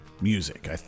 music